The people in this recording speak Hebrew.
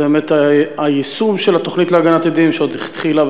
זה באמת היישום של התוכנית להגנת עדים, שהתחילה